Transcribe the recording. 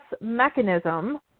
mechanism